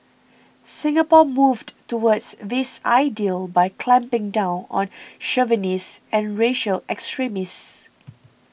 Singapore moved towards this ideal by clamping down on chauvinists and racial extremists